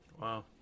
wow